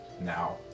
now